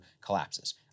collapses